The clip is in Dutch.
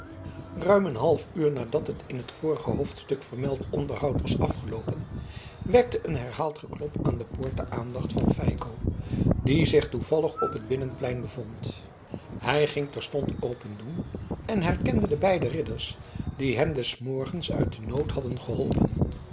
ruim een half uur nadat het in het vorige hoofdstuk vermelde onderhoud was afgeloopen wekte een herhaald geklop aan de poort de aandacht van feiko die zich toevallig op het binnenplein bevond hij ging terstond opendoen en herkende de beide ridders die hem des morgens uit den nood hadden geholpen